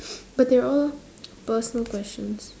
but they're all personal questions